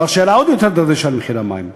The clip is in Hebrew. דבר שהעלה עוד יותר את הדרישה להעלות את מחיר המים.